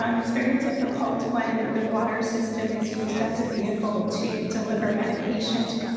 um it's very difficult when the water system is used as a vehicle to deliver medication to